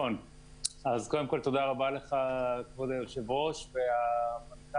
קודם כול, תודה רבה, כבוד היושב-ראש והמנכ"לית.